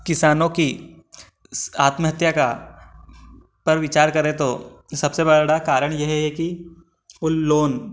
किसानों की आत्महत्या का पर विचार करें तो सबसे बड़ा कारण यह है कि कुल लोन